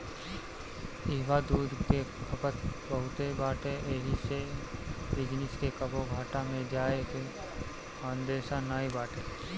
इहवा दूध के खपत बहुते बाटे एही से ए बिजनेस के कबो घाटा में जाए के अंदेशा नाई बाटे